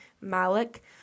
Malik